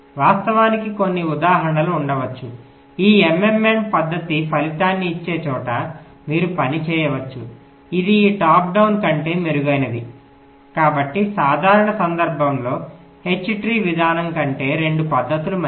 వాస్తవానికి కొన్ని ఉదాహరణలు ఉండవచ్చు ఈ MMM పద్ధతి ఫలితాన్ని ఇచ్చే చోట మీరు పని చేయవచ్చు ఇది ఈ టాప్ డౌన్ కంటే మెరుగైనది కాబట్టి సాధారణ సందర్భంలో H ట్రీ విధానం కంటే రెండు పద్ధతులు మంచివి